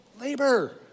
Labor